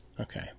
Okay